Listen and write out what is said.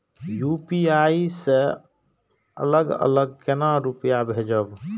UPI से अलग अलग केना रुपया भेजब